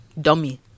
Dummy